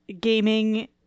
gaming